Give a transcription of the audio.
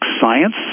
science